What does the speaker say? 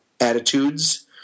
attitudes